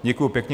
Děkuji pěkně.